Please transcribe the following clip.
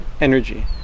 energy